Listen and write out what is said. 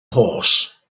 horse